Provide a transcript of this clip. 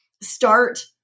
start